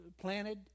planted